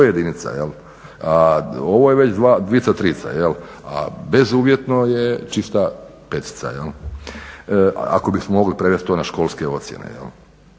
jedinica, ovo je već dvica, trica, a bezuvjetno je čista petica ako bismo mogli prevest to na školske ocjene. Prema